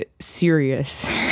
serious